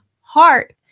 heart